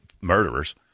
murderers